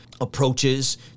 approaches